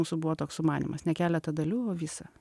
mūsų buvo toks sumanymas ne keletą dalių o visą